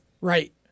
Right